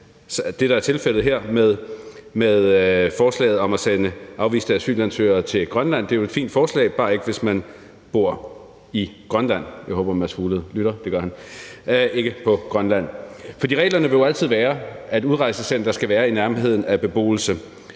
det, der er tilfældet her med forslaget om at sende afviste asylansøgere til Grønland. Det er jo et fint forslag, bare ikke hvis man bor i Grønland – jeg håber, hr. Mads Fuglede lytter; det gør han. For reglen vil jo altid være sådan, at et udrejsecenter skal være i nærheden af beboelse,